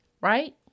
right